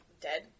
dead